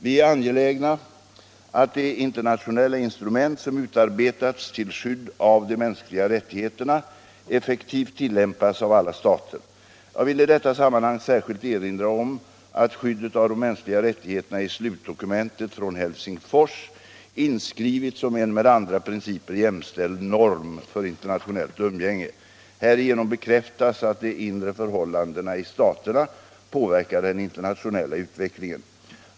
Vi är angelägna om att de internationella instrument som utarbetats till skydd för de mänskliga rättigheterna effektivt tillämpas av alla stater. Jag vill i detta sammanhang särskilt erinra om att skyddet av de mänskliga rättigheterna i slutdokumentet från Helsingfors inskrivits som en med andra principer jämställd norm för internationellt umgänge. Härigenom bekräftas att de inre 49 förhållandena i staterna påverkar den internationella utvecklingen.